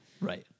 right